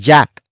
Jack